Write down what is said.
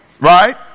right